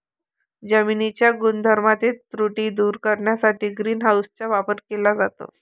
जमिनीच्या गुणधर्मातील त्रुटी दूर करण्यासाठी ग्रीन हाऊसचा वापर केला जातो